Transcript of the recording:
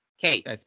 kate